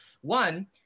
one